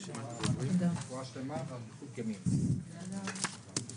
אנחנו נמשיך בסדר,